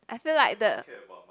I feel like the